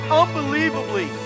unbelievably